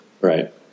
Right